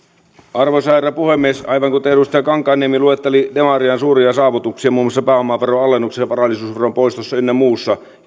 arvoisa herra puhemies aivan kuten edustaja kankaanniemi luetteli demarien suuria saavutuksia muun muassa pääomaveron alennuksissa ja varallisuusveron poistossa ynnä muussa